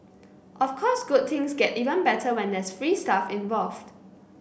of course good things get even better when there's free stuff involved